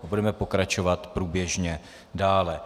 Budeme pokračovat průběžně dále.